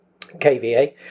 kVA